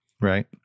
right